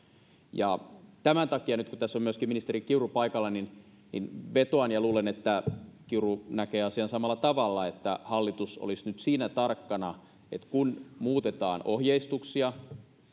tämän takia nyt kun tässä on myöskin ministeri kiuru paikalla vetoan ja luulen että kiuru näkee asian samalla tavalla että hallitus olisi nyt siinä tarkkana että kun muutetaan ohjeistuksia